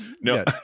No